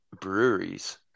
breweries